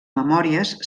memòries